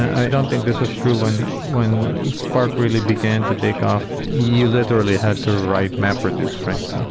i don't think this was true when when spark really began to takeoff. you literally had to write mapreduce, right? so